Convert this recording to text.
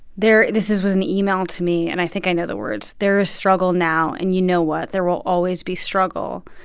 there this was an email to me, and i think i know the words there is struggle now, and you know what? there will always be struggle.